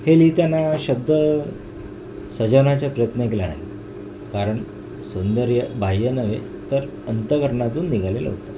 हे लिहिताना शब्द सजवण्याचा प्रयत्न केला नाही कारण सौंदर्य बाह्य नव्हे तर अंत करणातून निघालेलं होतं